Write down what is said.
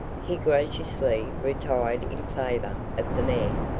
he graciously retired in favor of the mayor,